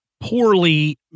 poorly